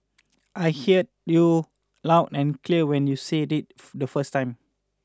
I hear you loud and clear when you say it the first time